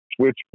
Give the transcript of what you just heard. switch